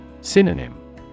Synonym